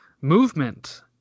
movement